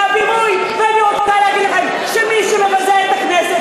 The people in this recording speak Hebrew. ואני רוצה להגיד לכם שמי שמבזה את הכנסת